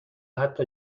حتی